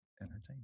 Entertainment